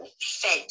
fed